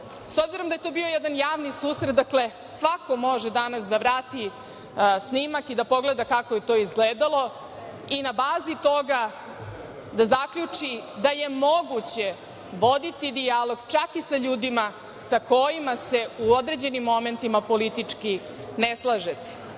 obzirom da je to bio jedan javni susret, dakle, svako može danas da vrati snimak i da pogleda kako je to izgledalo i na bazi toga da zaključi da je moguće voditi dijalog čak i sa ljudima sa kojima se u određenim momentima politički ne slažete. Druge